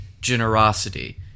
generosity